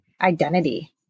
identity